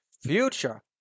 future